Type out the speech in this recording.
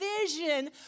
vision